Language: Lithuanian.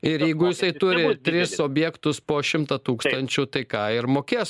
ir jeigu jisai turi tris objektus po šimtą tūkstančių tai ką ir mokės